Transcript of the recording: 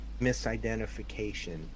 misidentification